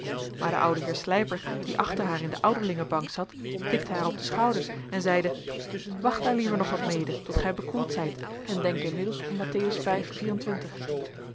maar de oude heer slyper die achter haar in de ouderlingenbank zat tikte haar op de schouders en zeide wacht daar liever nog wat mede tot gij bekoeld zijt en denk inmiddels om matth